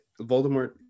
Voldemort